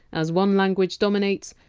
as one language dominates,